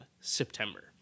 September